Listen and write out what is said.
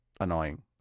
annoying